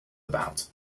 about